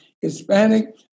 Hispanic